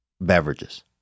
beverages